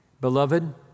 Beloved